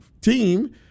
team